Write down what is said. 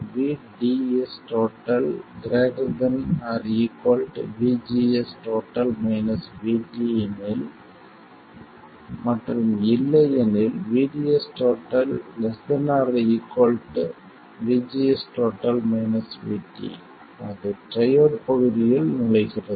VDS ≥VGS VT எனில் மற்றும் இல்லையெனில் VDS ≤ VGS VT அது ட்ரையோட் பகுதியில் நுழைகிறது